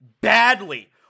badly